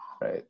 right